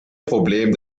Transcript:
problem